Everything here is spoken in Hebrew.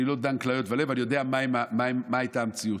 אני לא דן כליות ולב, אני יודע מה הייתה המציאות.